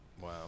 Wow